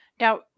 Now